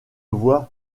voix